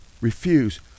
refuse